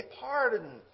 pardon